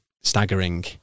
staggering